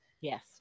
Yes